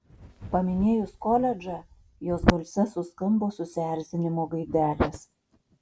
paminėjus koledžą jos balse suskambo susierzinimo gaidelės